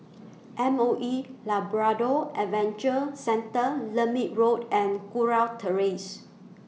M O E Labrador Adventure Centre Lermit Road and Kurau Terrace